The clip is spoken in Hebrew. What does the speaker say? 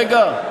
רגע,